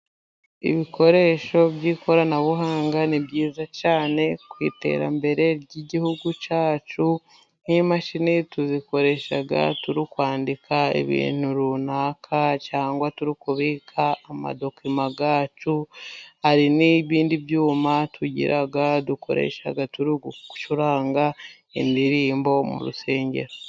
Ibikoresho by'ikoranabuhanga ni byiza cyane ku iterambere ry'igihugu cyacu, nk'imashini tuzikoreshaga turi kwandika ibintu runaka cyangwa turi kubika amadokima yacu, hari n''ibindi byuma tugira dukoresha turi ugucuranga indirimbo mu rusengero.